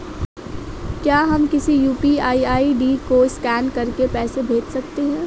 क्या हम किसी यू.पी.आई आई.डी को स्कैन करके पैसे भेज सकते हैं?